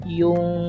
yung